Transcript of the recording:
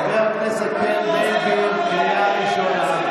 חבר הכנסת בן גביר, קריאה ראשונה.